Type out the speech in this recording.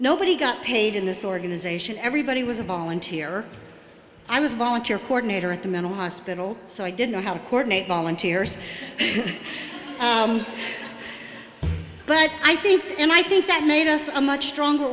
nobody got paid in this organization everybody was a volunteer i was a volunteer coordinator at the mental hospital so i didn't know how to coordinate volunteers but i think and i think that made us a much stronger